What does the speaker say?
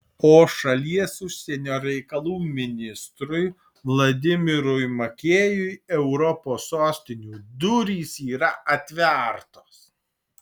o šalies užsienio reikalų ministrui vladimirui makėjui europos sostinių durys yra atvertos